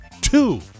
two